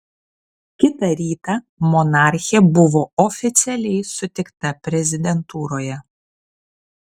kitą rytą monarchė buvo oficialiai sutikta prezidentūroje